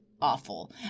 awful